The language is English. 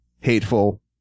hateful